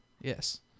yes